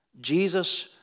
Jesus